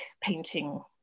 painting